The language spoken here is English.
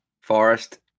Forest